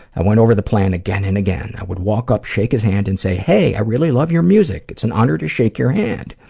i went over the plan again and again. i would walk up, shake his hand, and say, hey, i really love your music! it's an honor to shake your hand!